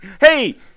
Hey